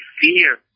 fear